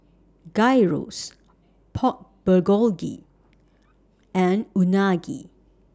Gyros Pork Bulgogi and Unagi